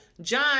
John